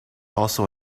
also